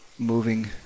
moving